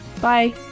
Bye